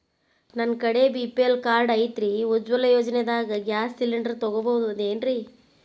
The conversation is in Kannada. ನನ್ನ ಕಡೆ ಬಿ.ಪಿ.ಎಲ್ ಕಾರ್ಡ್ ಐತ್ರಿ, ಉಜ್ವಲಾ ಯೋಜನೆದಾಗ ಗ್ಯಾಸ್ ಸಿಲಿಂಡರ್ ತೊಗೋಬಹುದೇನ್ರಿ?